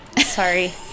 Sorry